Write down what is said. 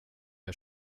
jag